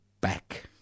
back